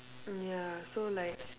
mm ya so like